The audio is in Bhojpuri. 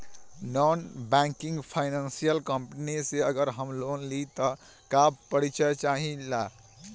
नॉन बैंकिंग फाइनेंशियल कम्पनी से अगर हम लोन लि त का का परिचय चाहे ला?